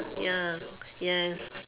ya yes